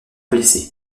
blessé